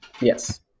yes